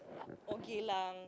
okay lah